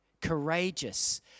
courageous